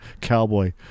cowboy